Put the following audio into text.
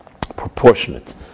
proportionate